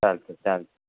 चालते चालते